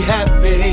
Happy